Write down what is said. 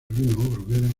molino